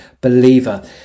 believer